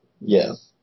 Yes